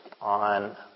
on